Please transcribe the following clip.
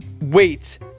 wait